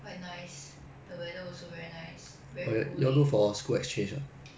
quite nice the weather also very nice very cooling